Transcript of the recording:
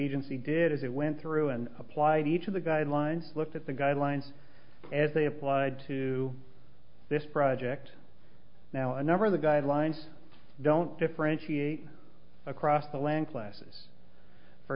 agency did as it went through and applied each of the guidelines looked at the guidelines as they applied to this project now a number of the guidelines don't differentiate across the land classes for